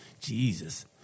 Jesus